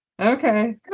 Okay